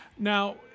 Now